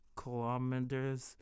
kilometers